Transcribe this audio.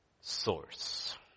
source